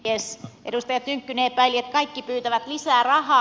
edustaja tynkkynen epäili että kaikki pyytävät lisää rahaa